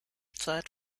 zeit